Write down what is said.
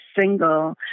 single